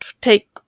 take